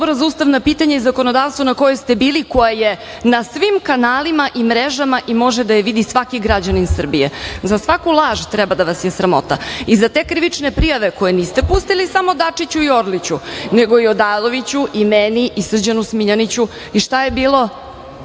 za ustavna pitanja i zakonodavstvo na kojoj ste bili, koja je na svim kanalima i mrežama i može da je vidi svaki građanin Srbije.Za svaku laž treba da vas je sramota i za te krivične prijave koje niste pustili samo Dačiću i Orliću, nego i Odaloviću i meni i Srđanu Smiljaniću i šta je bilo?U